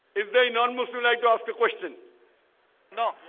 if they non-muslim like to ask the question no,